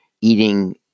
eating